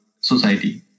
society